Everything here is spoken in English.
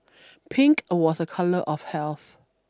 pink was a colour of health